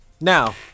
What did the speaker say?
Now